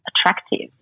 attractive